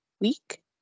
week